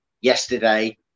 yesterday